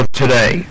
today